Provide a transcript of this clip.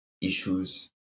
issues